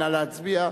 נא להצביע.